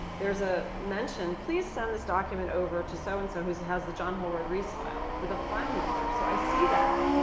there's a mention, please send this document over to so-and-so's so and so who has the john holroyd-reece file, with a file number. so i see that,